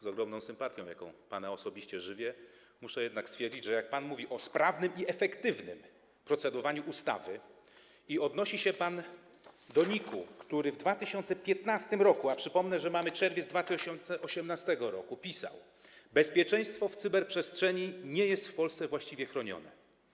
Z ogromną sympatią, jaką do pana osobiście żywię, muszę jednak stwierdzić, że mówi pan o sprawnym i efektywnym procedowaniu nad ustawą i odnosi się pan do NIK-u, który w 2015 r. - przypomnę, że mamy czerwiec 2018 r. - pisał: Bezpieczeństwo w cyberprzestrzeni nie jest w Polsce właściwie chronione.